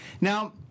Now